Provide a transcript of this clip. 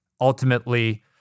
ultimately